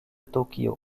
tōkyō